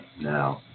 Now